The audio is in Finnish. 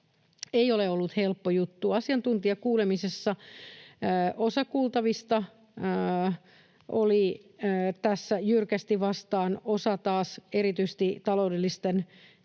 ei ole ollut helppo juttu. Asiantuntijakuulemisissa osa kuultavista oli jyrkästi tätä vastaan, osa taas erityisesti taloudellisten